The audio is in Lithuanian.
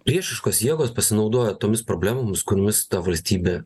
priešiškos jėgos pasinaudojo tomis problemomis kuriomis ta valstybė